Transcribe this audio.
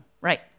right